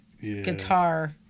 guitar